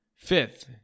Fifth